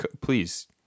please